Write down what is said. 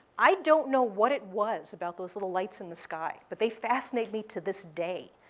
i don't know what it was about those little lights in the sky, but they fascinate me to this day.